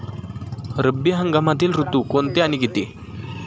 रब्बी हंगामातील ऋतू कोणते आणि किती?